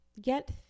get